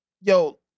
yo